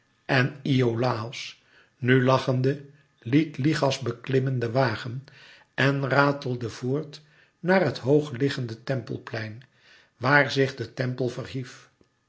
en iolàos nu lachende liet lichas beklimmen den wagen en ratelde voort naar het hoog liggende tempelplein waar zich de tempel verhief